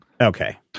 Okay